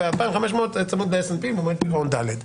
ו-2,500 ש"ח צמוד ל-S&P במועד פירעון ד'.